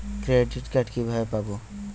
Credit card কিভাবে পাব?